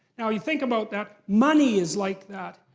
now you think about that. money is like that.